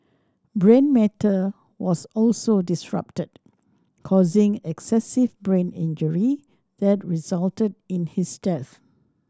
brain matter was also disrupted causing excessive brain injury that resulted in his death